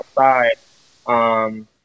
outside